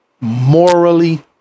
Morally